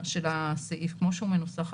נכון.